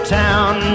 town